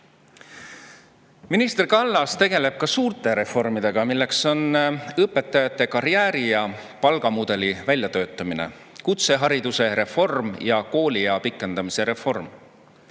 Minister Kallas tegeleb ka suurte reformidega, milleks on õpetajate karjääri- ja palgamudeli väljatöötamine, kutsehariduse reform ja kooliaja pikendamise reform.